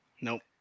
Nope